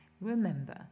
remember